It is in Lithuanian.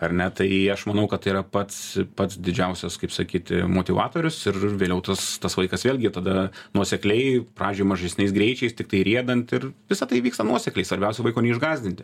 ar ne tai aš manau kad tai yra pats pats didžiausias kaip sakyti motyvatorius ir vėliau tas tas vaikas vėlgi tada nuosekliai pradžioj mažesniais greičiais tiktai riedant ir visa tai vyksta nuosekliai svarbiausia vaiko neišgąsdinti